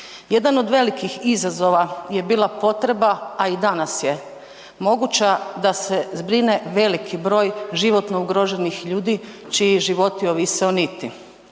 Jedan od velikih izazova je bila potreba, a i danas je moguća da se zbrine veliki broj životno ugroženih ljudi čiji životi ovise o niti,